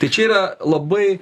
tai čia yra labai